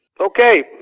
Okay